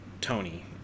Tony